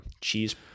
Cheese